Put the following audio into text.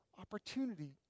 opportunity